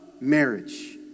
marriage